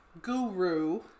guru